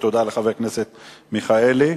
תודה לחבר הכנסת מיכאלי.